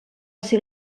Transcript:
ser